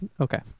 Okay